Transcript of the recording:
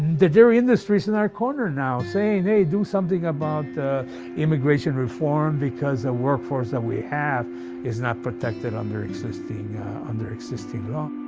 the dairy industry is in our corner now, saying, hey, do something about immigration reform because the workforce that we have is not protected under existing under existing law.